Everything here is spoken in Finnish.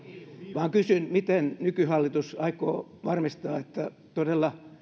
vaan kysyn miten nykyhallitus aikoo varmistaa että todella